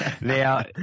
Now